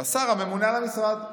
לשר הממונה על המשרד.